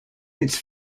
its